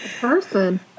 person